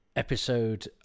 episode